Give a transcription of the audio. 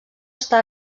està